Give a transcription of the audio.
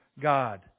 God